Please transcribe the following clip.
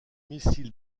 missiles